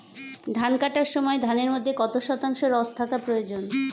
ধান কাটার সময় ধানের মধ্যে কত শতাংশ রস থাকা প্রয়োজন?